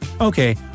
Okay